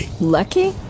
Lucky